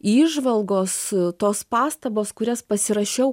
įžvalgos tos pastabos kurias pasirašiau